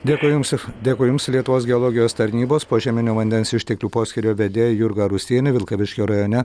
dėkui jums dėkui jums lietuvos geologijos tarnybos požeminio vandens išteklių poskyrio vedėja jurga rusienė vilkaviškio rajone